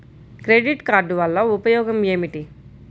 Credit card వల్ల ఉపయోగం ఏమిటీ?